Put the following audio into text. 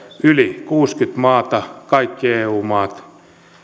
yli kuusikymmentä maata kaikki eu maat